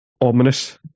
ominous